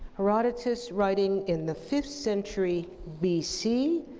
herodotus writing in the fifth century bc,